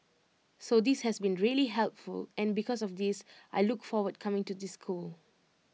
so this has been really helpful and because of this I look forward coming to this school